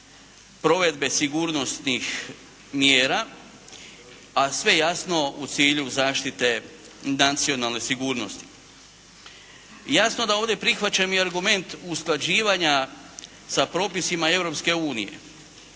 provedbe sigurnosnih mjera, a sve jasno u cilju zaštite nacionalne sigurnosti. Jasno da ovdje prihvaćam i argument usklađivanja sa propisima